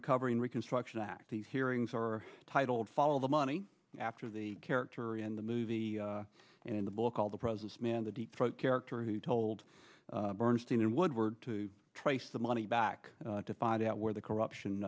recovery and reconstruction act these hearings or titled follow the money after the character in the movie and in the book all the presents man the deep throat character who told bernstein and woodward to trace the money back to find out where the corruption